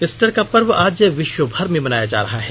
Easter का पर्व आज विश्वभर में मनाया जा रहा है